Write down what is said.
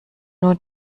nur